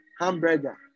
hamburger